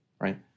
right